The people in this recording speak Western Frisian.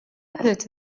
hurd